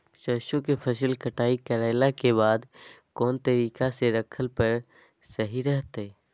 सरसों के फसल कटाई करला के बाद कौन तरीका से रखला पर सही रहतय?